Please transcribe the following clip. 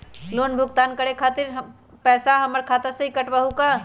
Loan भुगतान करे के खातिर पैसा हमर खाता में से ही काटबहु का?